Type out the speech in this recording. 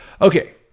Okay